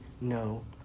no